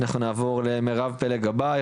אנחנו נעבור למירב פלג גבאי,